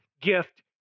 gift